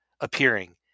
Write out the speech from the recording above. appearing